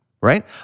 right